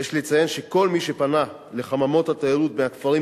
יש לציין שכל מי שפנה לחממות התיירות מהכפרים